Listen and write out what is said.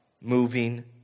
moving